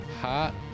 Hot